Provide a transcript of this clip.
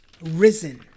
risen